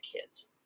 kids